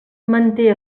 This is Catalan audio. manté